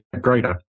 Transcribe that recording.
Greater